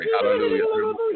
Hallelujah